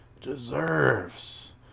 DESERVES